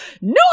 no